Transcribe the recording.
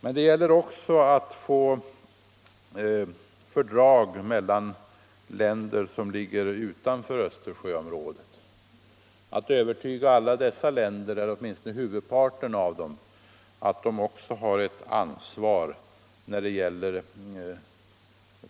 Men det gäller också att få fördrag mellan länder som ligger utanför Östersjöområdet, att övertyga alla dessa länder eller åtminstone huvudparten av dem om att de också har ett ansvar när det gäller